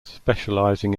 specializing